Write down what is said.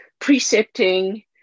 precepting